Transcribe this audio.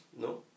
no